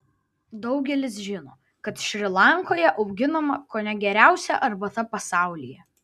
daugelis žino kad šri lankoje auginama kone geriausia arbata pasaulyje